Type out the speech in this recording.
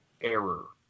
error